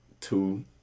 two